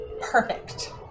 perfect